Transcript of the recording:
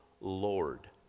Lord